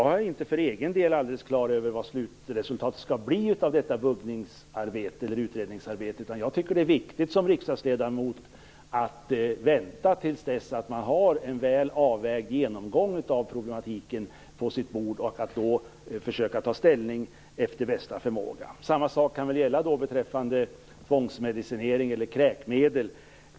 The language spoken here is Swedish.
Jag är för egen del inte alldeles klar över vad slutresultatet skall bli av detta utredningsarbete. Jag tycker som riksdagsledamot att det är viktigt att vänta tills man har en väl avvägd genomgång av problematiken på sitt bord och då försöka ta ställning efter bästa förmåga. Samma sak kan gälla beträffande tvångsmedicinering eller kräkmedel.